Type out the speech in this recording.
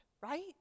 right